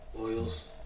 Oils